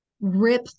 Rip